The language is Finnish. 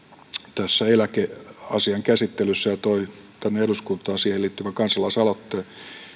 tässä eläkeasian käsittelyssä ja toi eduskuntaan siihen liittyvän kansalaisaloitteen